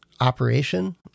operation